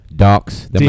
Docs